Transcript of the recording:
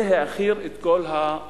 זה העכיר את כל האווירה.